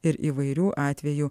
ir įvairių atvejų